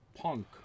Punk